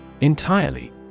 Entirely